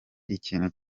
ikintu